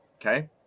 Okay